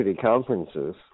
conferences